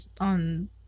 on